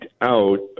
out